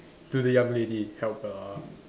to the young lady help her ah